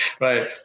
right